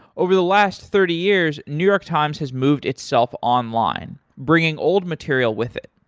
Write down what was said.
over the last thirty years, new york times has moved itself online, bringing old material with it.